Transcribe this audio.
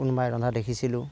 কোনোবাই ৰন্ধা দেখিছিলোঁ